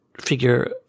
figure